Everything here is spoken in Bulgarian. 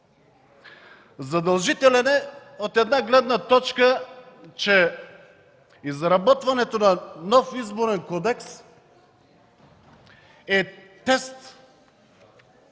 Задължителен е от гледна точка, че изработването на нов Изборен кодекс е тест